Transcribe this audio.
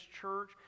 church